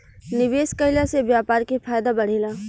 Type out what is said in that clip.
निवेश कईला से व्यापार के फायदा बढ़ेला